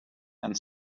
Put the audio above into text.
and